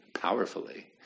powerfully